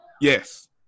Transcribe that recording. Yes